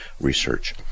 research